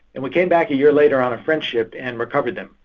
and we came back a year later on a french ship and recovered them,